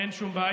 אין שום בעיה,